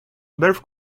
birth